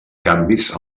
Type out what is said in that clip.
canvis